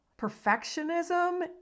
Perfectionism